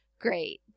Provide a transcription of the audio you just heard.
great